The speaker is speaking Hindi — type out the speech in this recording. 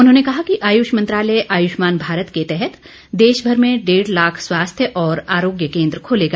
उन्होंने कहा कि आयुष मंत्रालय आयुष्मान भारत के तहत देशभर में डेढ़ लाख स्वास्थ्य और आरोग्य केंद्र खोलेगा